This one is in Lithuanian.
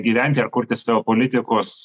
gyventi ar kurti savo politikos